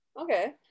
okay